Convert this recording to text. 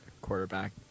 quarterback